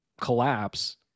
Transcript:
collapse